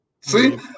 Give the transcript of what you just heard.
See